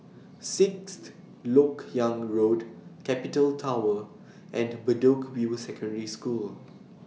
Sixth Lok Yang Road Capital Tower and Bedok View Secondary School